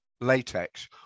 latex